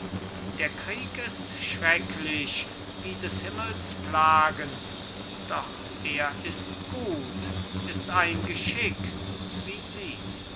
der krieg ist schrecklich wie des himmels plagen doch er ist gut ist ein geschick wie sie